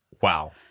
Wow